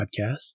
podcast